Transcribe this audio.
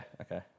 okay